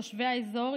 תושבי האזור,